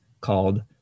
called